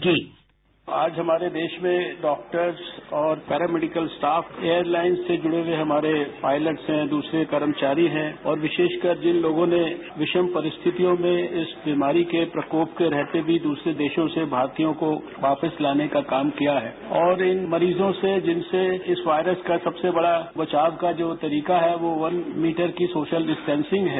bite Harshvardhan आज हमारे देश में डॉक्टर्स और पैरामैडिकलस्टाफ एयरलाइन से जुड़े हुए हमारे पायलट्स हैं दूसरे कर्मचारी हैं और विशेषकर जिन लोगों ने विषम परिस्थितियों में इस बीमारी के प्रकोप के रहते भी दूसरे देशों से भारतीयों को वापस लाने का काम किया है और इन मरीजों से जिनसे इस वायरस का सबसे बड़ा बचाव काजो तरीका है वो वन मीटर की सोशल डिस्टेंसिंग है